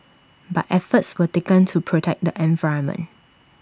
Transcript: but efforts were taken to protect the environment